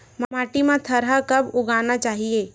माटी मा थरहा कब उगाना चाहिए?